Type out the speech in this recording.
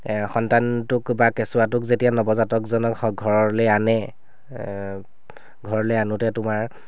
সন্তানটোক কেঁচুৱাটোক যেতিয়া নৱজাতকজনক ঘৰলৈ আনে ঘৰলৈ আনোতে তোমাৰ